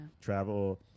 travel